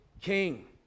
king